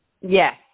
Yes